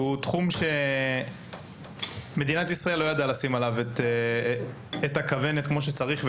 וזהו גיל שמדינת ישראל לא ידעה לשים על תחומו את הכוונת כמו שצריך,